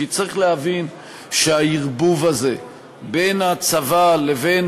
כי צריך להבין שהערבוב הזה בין הצבא לבין